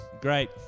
Great